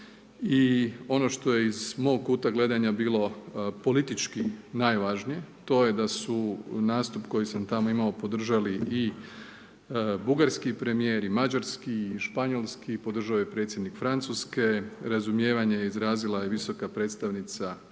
i ono što je iz mog kuta gledanja bilo politički najvažnije to je da su nastup koji sam tamo imao podržali i bugarski premijer i mađarski i španjolski, podržao je i predsjednik Francuske, razumijevanje je izrazila i visoka predstavnica